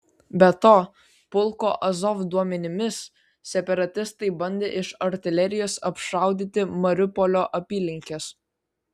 be to pulko azov duomenimis separatistai bandė iš artilerijos apšaudyti mariupolio apylinkes